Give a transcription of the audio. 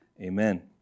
Amen